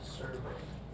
survey